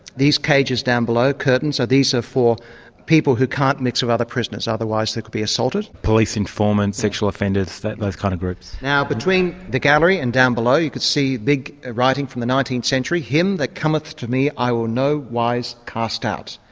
these cages down below, curtained, so these are for people who can't mix with other prisoners, otherwise they'd be assaulted. police informants, sexual offenders, those kind of groups. now between the gallery and down below you can see big writing from the nineteenth century, him that cometh to me i will no wise cast out.